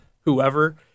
whoever